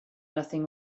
nothing